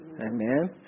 amen